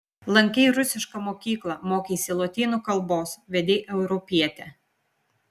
lankei rusišką mokyklą mokeisi lotynų kalbos vedei europietę